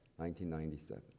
1997